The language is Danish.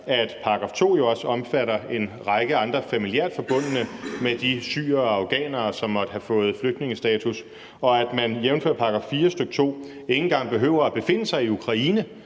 jo også omfatter en række andre. der er familiært forbundne med de syrere og afghanere, som måtte have fået flygtningestatus, og at man jævnfør § 4, stk. 2, ikke engang behøver at befinde sig i Ukraine